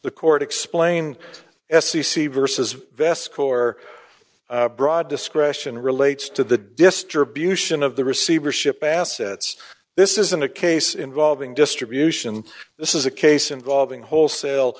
the court explain s c c versus vesco or broad discretion relates to the distribution of the receivership assets this isn't a case involving distribution this is a case involving wholesale